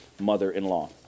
mother-in-law